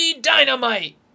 Dynamite